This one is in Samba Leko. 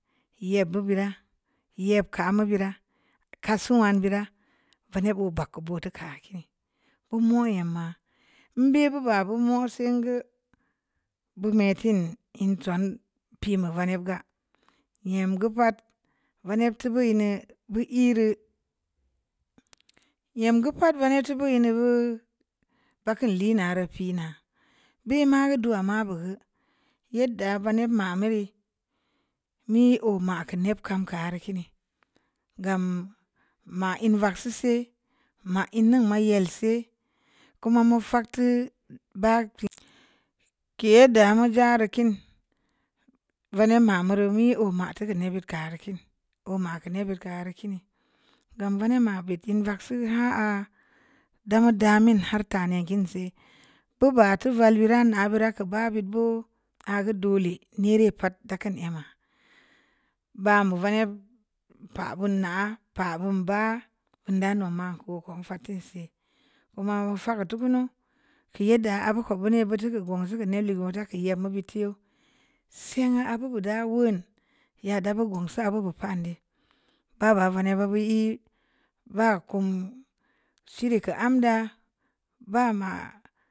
Yii bubu rə yib kamu bureu ki sun wan bira vani geu bə gə butu ka kini bumu yim ma lmbi bu ba bumu sii ngə bumi tin ln tua pi mi vanib geu yim goo gəta vanib tibu yini bu ‘i’ reu yim go pa'at vanib tibu yini o vaku lena rə pina bi ma dau ma bu gə yiddə vani ma mirii mi ‘o’ ma kane kam ka rə kini gam ma ən va siisi ma ən ma yel sii kuma mu pa'at to ba pi ki yi gə mu jari kin vani ma mureu mi ‘o’ mat ti gə ni bi kar kin'o’ mak en kar kiini gam bə na'a ma biti ən vag sii ha'a dama damin har tane kin si po ba tuval be rə n nbara kuba bii bu agu dole niri pa'at də kən yema ba mu vani pa voo nə po voo ba in da noma koko fangtii si koma nfa gə tuku nu ki yiddə abu ko buni butu gə gon zə gu le'ngo ta yemi biti sin atu guda wan yada bo gum sa bugu pa'an de baba vani i ba kum siri kam mda bə mə.